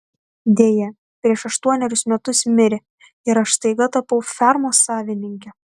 deja prieš aštuonerius metus mirė ir aš staiga tapau fermos savininke